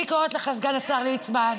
אני קוראת לך, סגן השר ליצמן,